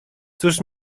cóż